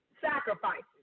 sacrifices